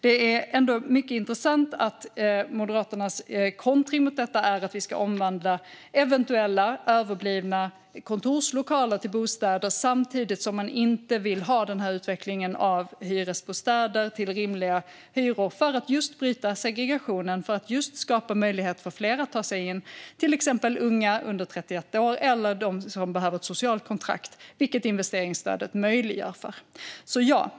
Det är mycket intressant att Moderaternas kontring mot detta är att vi ska omvandla eventuellt överblivna kontorslokaler till bostäder. Samtidigt vill man inte ha utvecklingen mot hyresbostäder till rimliga hyror för att bryta segregationen och skapa möjlighet för fler att ta sig in på bostadsmarknaden, till exempel unga under 31 år eller de som behöver ett socialt kontrakt, vilket investeringsstödet möjliggör.